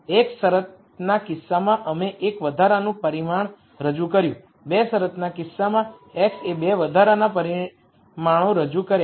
એક શરતના કિસ્સામાં અમે એક વધારાનું પરિમાણ રજૂ કર્યું 2 શરતના કિસ્સામાં x એ 2 વધારાના પરિમાણો રજૂ કર્યા